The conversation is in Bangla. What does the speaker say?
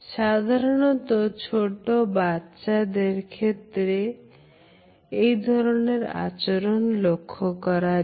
সাধারণত ছোট বাচ্চাদের ক্ষেত্রেএই ধরনের আচরণ লক্ষ্য করা যায়